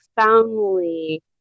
profoundly